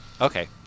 Okay